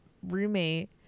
roommate